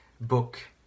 book